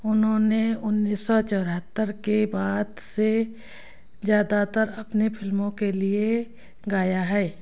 उन्होंने उन्नीस सौ चौहत्तर के बाद से ज़्यादातर अपनी फ़िल्मों के लिए गाया है